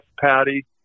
Patty